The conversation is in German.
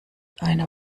einer